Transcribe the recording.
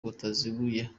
butaziguye